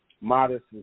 modest